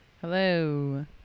Hello